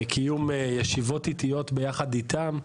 קיום ישיבות עיתיות ביחד איתם.